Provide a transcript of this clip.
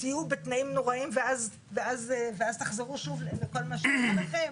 תהיו בתנאים נוראיים ואז תחזרו שוב לכל מה שהיה לכם?